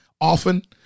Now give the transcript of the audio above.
often